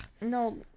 No